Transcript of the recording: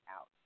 out